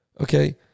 Okay